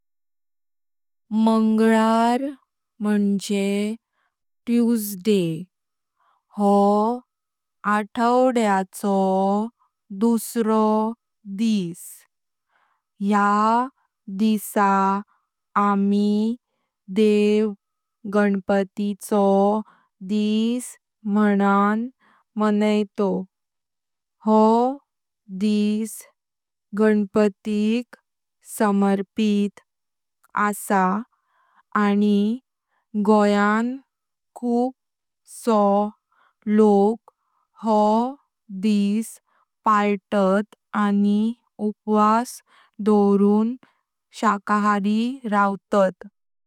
मंगळवार मुण्जे ट्यूसडे, हो आठवड्याचो दुसरो दिवस। ह्या दिसा आमी देव गणपतीचो दिवस म्णून मणाता। हो दिवस गणपत समर्पित आसा आनी गयाँ खूप सो लोक हो दिवस पाळतात आनी उपास दव्रून सहकारी रावतात।